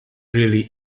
really